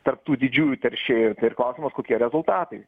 tarp tų didžiųjų teršėjų tai ir klausimas kokie rezultatai